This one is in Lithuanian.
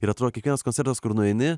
ir atrodo kiekvienas koncertas kur nueini